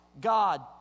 God